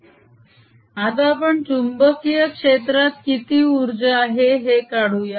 r ωtdt140E02 आता आपण चुंबकीय क्षेत्रात किती उर्जा आहे हे काढूया